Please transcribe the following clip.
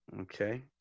Okay